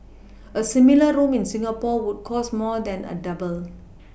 a similar room in Singapore would cost more than a double